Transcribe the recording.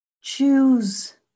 choose